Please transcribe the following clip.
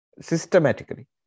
systematically